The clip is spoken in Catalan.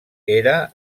era